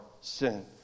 sin